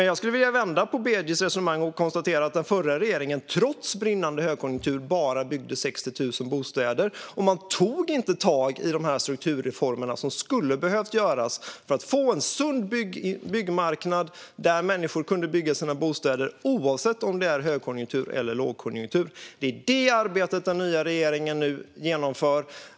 Jag skulle vilja vända på Denis Begics resonemang och konstatera att den förra regeringen, trots brinnande högkonjunktur, byggde bara 60 000 bostäder. Man tog inte tag i de strukturreformer som man skulle ha behövt göra för att få en sund byggmarknad där människor kan bygga sina bostäder oavsett om det är högkonjunktur eller lågkonjunktur. Det är detta arbete som den nya regeringen nu genomför.